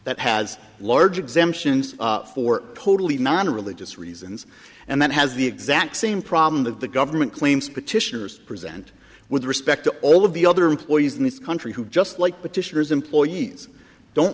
that has large exemptions for totally non religious reasons and then has the exact same problem that the government claims petitioners present with respect to all of the other employees in this country who just like petitioners employees don't